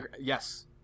yes